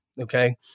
okay